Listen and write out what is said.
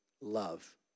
love